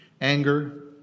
anger